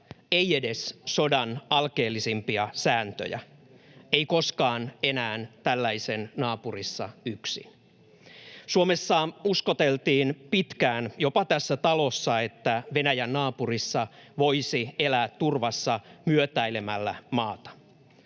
ei edes sodan alkeellisimpia sääntöjä. Ei koskaan enää tällaisen naapurissa yksin. Suomessa uskoteltiin pitkään, jopa tässä talossa, että Venäjän naapurissa voisi elää turvassa myötäilemällä maata.